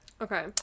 Okay